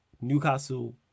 Newcastle